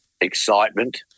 excitement